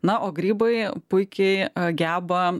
na o grybai puikiai geba